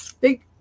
big